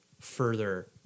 further